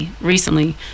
recently